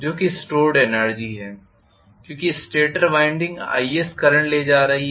जो कि stored energy है क्यूंकि स्टेटर वाइंडिंग is करंट ले जा रही है